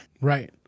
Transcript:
Right